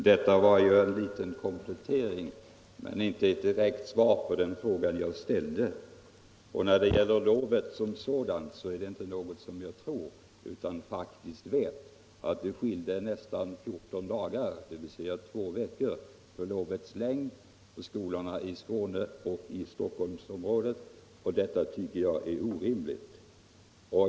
Herr talman! Detta var en liten kompleuering men inte ett direkt svar på den fråga jag ställde. Beträffande sommarlovet vet jag faktiski — det är inte någonting som jag tror — att det skiljer nästan 14 dagar, dvs. två veckor, i lovets längd mellan skolorna i Skåne och i Stockholmsområdet, och detta tycker jag är orimligt.